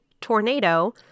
tornado